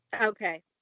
okay